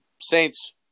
Saints